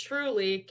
Truly